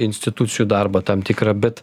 institucijų darbą tam tikrą bet